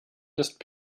ist